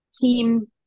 team